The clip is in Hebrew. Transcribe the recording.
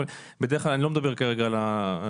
אבל בדרך כלל אני לא מדבר על הניידים,